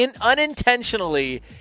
unintentionally